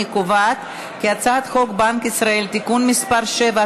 אני קובעת כי הצעת חוק בנק ישראל (תיקון מס' 7),